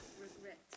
Regret